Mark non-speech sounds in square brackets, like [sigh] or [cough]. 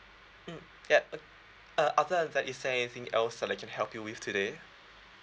mm ya [noise] uh other than that is there anything else that I can help you with today